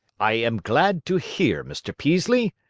i am glad to hear, mr. peaslee,